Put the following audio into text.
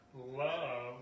love